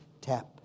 tap